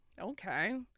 Okay